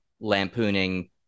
lampooning